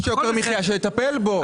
יש יוקר מחיה, שיטפל בו.